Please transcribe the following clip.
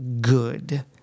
good